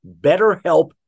BetterHelp